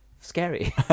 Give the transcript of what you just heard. scary